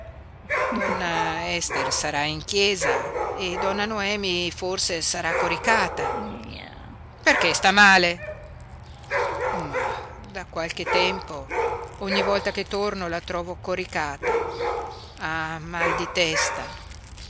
donna ester sarà in chiesa e donna noemi forse sarà coricata perché sta male mah da qualche tempo ogni volta che torno la trovo coricata ha mal di testa